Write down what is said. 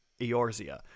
eorzea